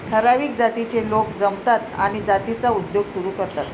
ठराविक जातीचे लोक जमतात आणि जातीचा उद्योग सुरू करतात